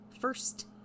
First